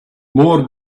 more